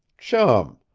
chum!